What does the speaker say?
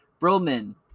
Brillman